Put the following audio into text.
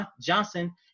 Johnson